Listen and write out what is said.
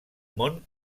mont